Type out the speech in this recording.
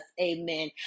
Amen